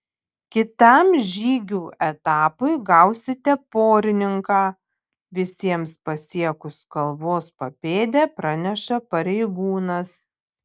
kitam žygių etapui gausite porininką visiems pasiekus kalvos papėdę praneša pareigūnas